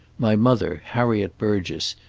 my mother, harriet burgess,